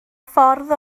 ffordd